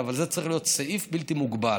אבל זה צריך להיות סעיף בלתי מוגבל.